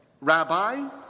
Rabbi